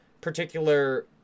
particular